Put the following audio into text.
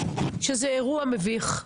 שזה אירוע מביך.